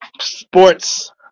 sports